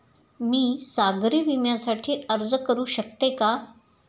मी सागरी विम्यासाठी अर्ज करू शकते का?